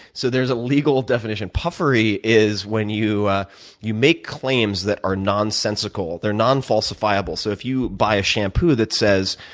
so there's a legal definition. puffery is when you ah you make claims that are nonsensical, they're non falsifiable. so if you buy a shampoo that says,